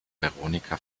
veronica